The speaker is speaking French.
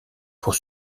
pour